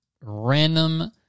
random